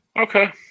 Okay